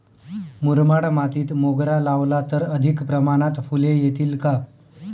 मुरमाड मातीत मोगरा लावला तर अधिक प्रमाणात फूले येतील का?